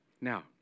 Now